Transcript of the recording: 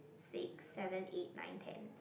six seven eight nine ten